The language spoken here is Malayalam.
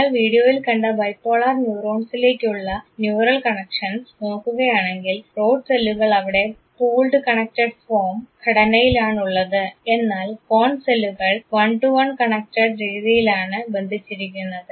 നിങ്ങൾ വീഡിയോയിൽ കണ്ട ബൈപോളർ ന്യൂറോൺസിലേക്കുള്ള ന്യൂറൽ കണക്ഷൻസ് നോക്കുകയാണെങ്കിൽ റോഡ് സെല്ലുകൾ അവിടെ പൂൾഡ് കണക്ടഡ് ഫോം ഘടനയിലാണുള്ളത് എന്നാൽ കോൺ സെല്ലുകൾ വൺ ടു വൺ കണക്ടഡ് രീതിയിലാണ് ബന്ധിച്ചിരിക്കുന്നത്